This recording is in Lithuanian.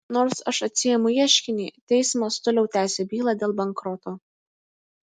nors aš atsiimu ieškinį teismas toliau tęsia bylą dėl bankroto